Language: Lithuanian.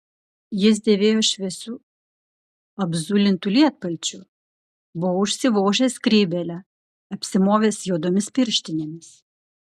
jis dėvėjo šviesiu apzulintu lietpalčiu buvo užsivožęs skrybėlę apsimovęs juodomis pirštinėmis